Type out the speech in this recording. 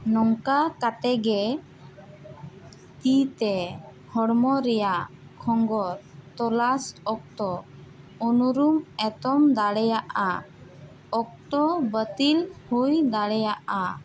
ᱱᱚᱝᱠᱟ ᱠᱟᱛᱮᱫ ᱜᱮ ᱛᱤᱛᱮ ᱦᱚᱲᱢᱚ ᱨᱮᱭᱟᱜ ᱠᱷᱚᱸᱜᱚᱨ ᱛᱚᱞᱟᱥ ᱚᱠᱛᱚ ᱩᱱᱩᱨᱩᱢ ᱮᱛᱚᱢ ᱫᱟᱲᱮᱭᱟᱜᱼᱟ ᱚᱠᱛᱚ ᱵᱟᱛᱤᱞ ᱦᱩᱭ ᱫᱟᱲᱮᱭᱟᱜᱼᱟ